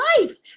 life